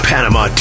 Panama